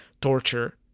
torture